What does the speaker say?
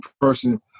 person